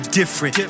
different